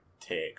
take